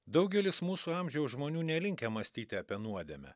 daugelis mūsų amžiaus žmonių nelinkę mąstyti apie nuodėmę